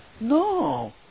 No